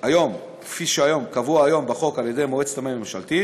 כפי שקבוע היום בחוק על-ידי מועצת המים הממשלתית,